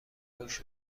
موش